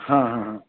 हां हां हां